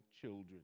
children